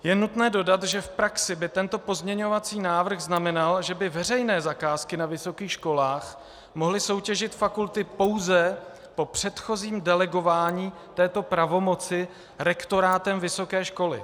Je nutné dodat, že v praxi by tento pozměňovací návrh znamenal, že by veřejné zakázky na vysokých školách mohly soutěžit fakulty pouze po předchozím delegování této pravomoci rektorátem vysoké školy.